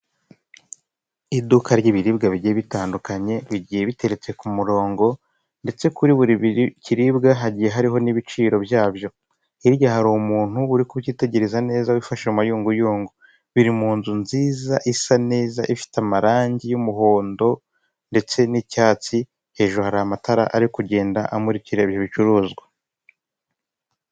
Iduka ry'ibiribwa bigiye bitandukanye bigiye biteretse ku murongo, ndetse kuri buri kiribwa hagiye hariho n'ibiciro byabyo, hirya hari umuntu uri kubyitegereza neza wifashe mu mayunguyungu, biri mu nzu nziza isa neza ifite amarangi y'umuhondo, ndetse n'icyatsi hejuru hari amatara ari kugenda amurikira ibyo bicuruzwa.